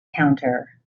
counter